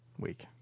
Week